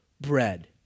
bread